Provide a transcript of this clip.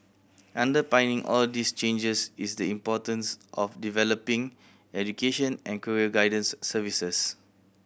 underpinning all these changes is the importance of developing education and career guidance services